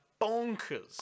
bonkers